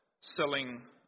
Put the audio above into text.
selling